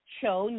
show